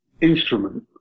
instrument